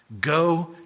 Go